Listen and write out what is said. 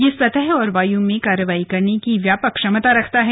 यह सतह और वाय में कार्रवाई करने की व्यापक क्षमता रखता है